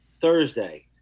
Thursday